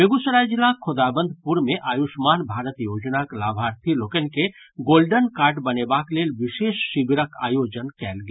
बेगूसराय जिलाक खोदाबंदपुर मे आयुष्मान भारत योजनाक लाभार्थी लोकनि के गोल्डन कार्ड बनेबाक लेल विशेष शिविरक आयोजन कयल गेल